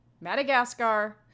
Madagascar